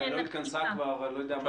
היא לא התכנסה כבר חודשיים.